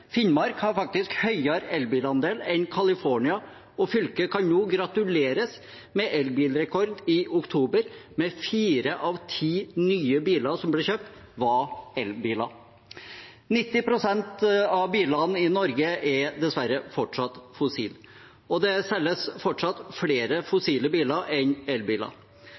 Finnmark har faktisk høyere elbilandel enn California, og fylket kan nå gratuleres med elbilrekord i oktober: Fire av ti nye biler som ble kjøpt, var elbiler. 90 pst. av bilene i Norge er dessverre fortsatt fossilbiler, og det selges fortsatt flere fossilbiler enn elbiler.